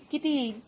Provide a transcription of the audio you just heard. तर हे किती येईल